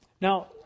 Now